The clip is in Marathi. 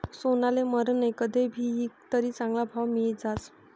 सोनाले मरन नही, कदय भी ईकं तरी चांगला भाव मियी जास